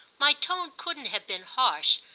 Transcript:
my tone couldn't have been harsh,